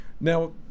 Now